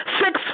six